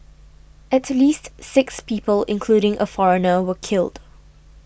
at least six people including a foreigner were killed